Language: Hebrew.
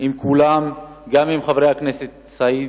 עם כולם, גם עם חבר הכנסת סעיד,